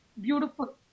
beautiful